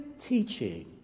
teaching